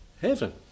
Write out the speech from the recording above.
heaven